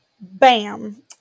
Bam